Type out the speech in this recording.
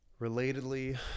Relatedly